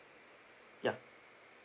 ya